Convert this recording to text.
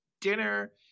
dinner